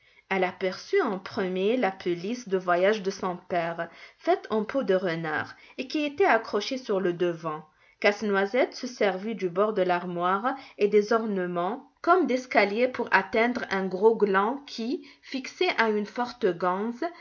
elle aperçut en premier la pelisse de voyage de son père faite en peau de renard et qui était accrochée sur le devant casse-noisette se servit du bord de l'armoire et des ornements comme d'escaliers pour atteindre un gros gland qui fixé à une forte ganse